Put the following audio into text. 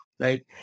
Right